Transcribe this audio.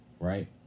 right